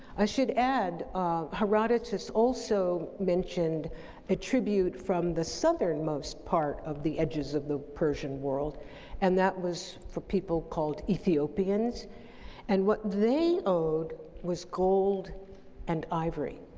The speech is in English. i should add herodotus also mentioned the tribute from the southern most part of the edges of the persian world and that was for people called ethiopians and what they owed was gold and ivory.